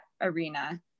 arena